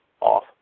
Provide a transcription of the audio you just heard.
off